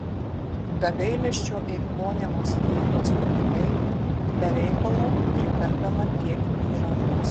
be gailesčio eikvojamos jėgos pinigai be reikalo priperkama tiek įrangos